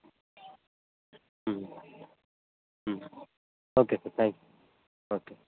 okay sir thank you okay